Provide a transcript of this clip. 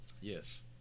Yes